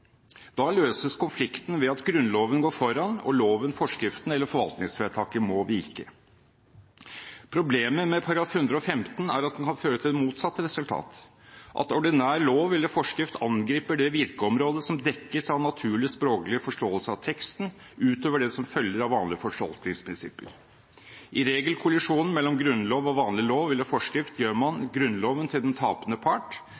Da løses konflikten ved at Grunnloven går foran, og loven, forskriften eller forvaltningsvedtaket må vike. Problemet med § 115 er at den kan føre til det motsatte resultat, at ordinær lov eller forskrift angriper det virkeområde som dekkes av naturlig språklig forståelse av teksten, utover det som følger av vanlige fortolkningsprinsipper. I regelkollisjonen mellom grunnlov og vanlig lov eller forskrift gjør man Grunnloven til den tapende part,